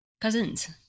Cousins